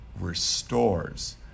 restores